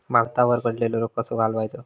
भातावर पडलेलो रोग कसो घालवायचो?